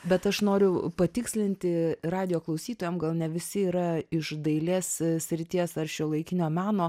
bet aš noriu patikslinti radijo klausytojam gal ne visi yra iš dailės srities ar šiuolaikinio meno